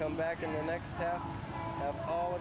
come back in the next